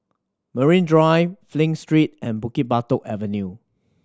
Marine Drive Flint Street and Bukit Batok Avenue